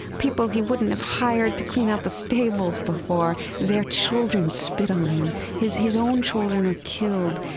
people he wouldn't have hired to clean out the stables before, their children spit on him. his his own children are killed.